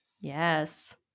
yes